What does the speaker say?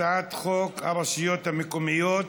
הצעת חוק הרשויות המקומיות